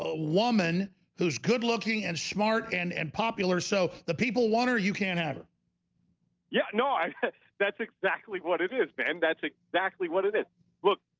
ah woman who's good-looking and smart and and popular so the people water you can't have her yeah, no, i that's exactly what it but and that's exactly what is it look,